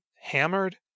hammered